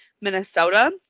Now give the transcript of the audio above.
minnesota